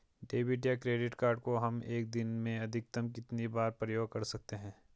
Debit या credit card को हम एक दिन में अधिकतम कितनी बार प्रयोग कर सकते हैं?